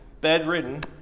bedridden